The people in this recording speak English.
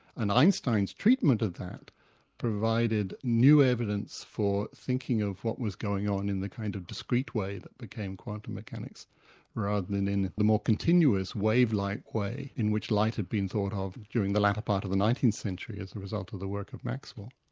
and einstein's treatment of that provided new evidence for thinking of what was going on in the kind of discrete way that became quantum mechanics rather than in the more continuous wave-like way in which light had been thought of during the latter part of the nineteenth century as the result of the work of maxwell.